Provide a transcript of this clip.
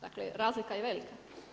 Dakle razlika je velika.